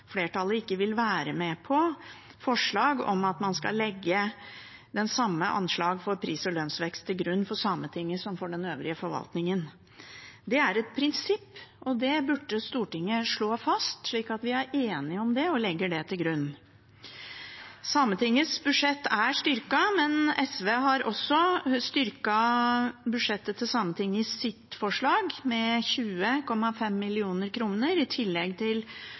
flertallet ikke vil være med på forslag om at man skal legge det samme anslaget for lønns- og prisvekst til grunn for Sametinget som for den øvrige forvaltningen. Det er et prinsipp, og det burde Stortinget slå fast, slik at vi er enige om det og legger det til grunn. Sametingets budsjett er styrket, men SV har også styrket budsjettet til Sametinget i sitt forslag, med 20,5 mill. kr, i tillegg til